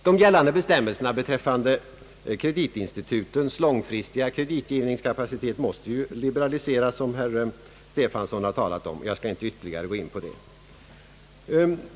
De gällande bestämmelserna beträffande kreditinstitutens långfristiga kreditgivningskapacitet måste ju liberaliseras,. Herr Stefanson talade därom, och jag skall inte ytterligare gå in på det.